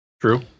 True